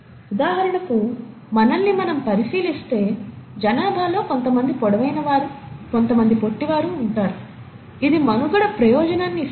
ఉదాహరణకు మనల్ని మనం పరిశీలిస్తే జనాభాలో కొంతమంది పొడవైనవారు కొంతమంది పొట్టివారు ఉంటారు ఇది మనుగడ ప్రయోజనాన్ని ఇస్తుందా